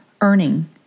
earning